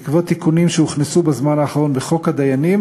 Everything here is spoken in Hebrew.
בעקבות תיקונים שהוכנסו בזמן האחרון בחוק הדיינים,